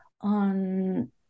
on